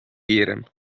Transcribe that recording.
kiirem